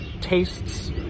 tastes